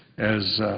as